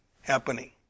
happening